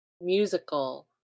musical